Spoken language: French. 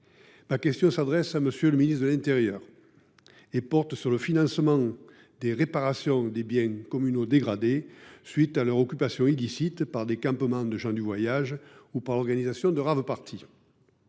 question s’adresse au ministre de l’intérieur et porte sur le financement des réparations des biens communaux dégradés à la suite de leur occupation illicite par des campements de gens du voyage ou à l’organisation de rave parties.